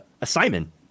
assignment